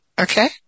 Okay